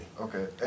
Okay